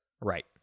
right